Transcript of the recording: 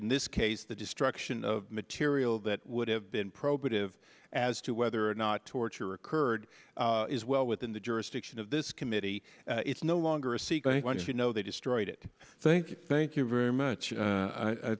in this case the destruction of material that would have been probative as to whether or not torture occurred is well within the jurisdiction of this committee it's no longer a secret when you know they destroyed it thank you thank you very much